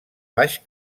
baix